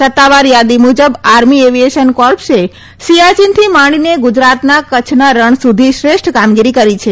સત્તાવાર થાદી મુજબ આર્મી એવીએશન કોર્પ્સે સિથાચીનથી માંડીને ગુજરાતના કચ્છના રણ સુધી શ્રેષ્ઠ કામગીરી કરી છે